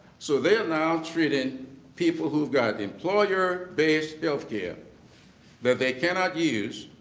so they're now treating people who have got employer-based health care that they cannot use